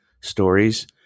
stories